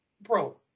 bro